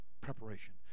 preparation